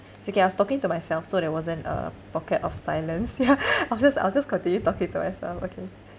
it's okay I was talking to myself so there wasn't a pocket of silence ya I was just I was just continue talking to myself okay